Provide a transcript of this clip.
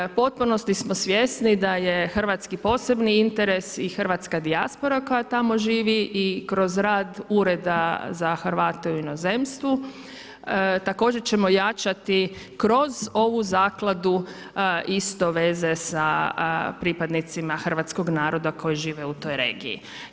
U potpunosti smo svjesni da je hrvatski posebni interes i hrvatska dijaspora koja tamo živi i kroz rad Ureda za Hrvate u inozemstvu također ćemo ojačati kroz ovu zakladu isto veze sa pripadnicima hrvatskog naroda koji žive u toj regiji.